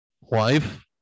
Wife